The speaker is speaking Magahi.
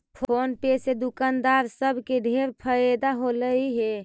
फोन पे से दुकानदार सब के ढेर फएदा होलई हे